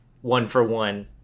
one-for-one